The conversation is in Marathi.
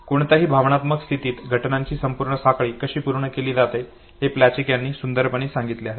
कोणत्याही भावनात्मक स्थितीत घटनांची संपूर्ण साखळी कशी पूर्ण केली जाते हे प्लचिक यांनी सुंदरपणे सांगितले आहे